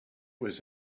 was